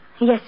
Yes